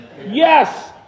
Yes